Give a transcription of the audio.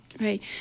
right